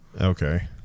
okay